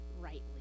rightly